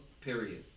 period